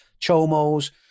chomos